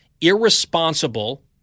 irresponsible